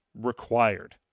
required